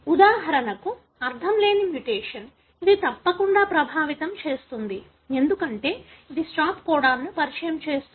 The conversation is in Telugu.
ఉదాహరణకు అర్ధంలేని మ్యుటేషన్ ఇది తప్పకుండా ప్రభావితం చేస్తుంది ఎందుకంటే ఇది స్టాప్ కోడాన్ను పరిచయం చేస్తుంది